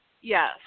Yes